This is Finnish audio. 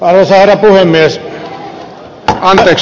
arvoisa herra puhemies